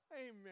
amen